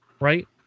right